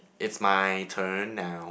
it's my turn now